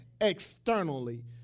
externally